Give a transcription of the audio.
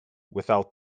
without